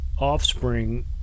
offspring